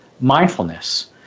mindfulness